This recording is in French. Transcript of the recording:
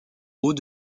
haut